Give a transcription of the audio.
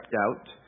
out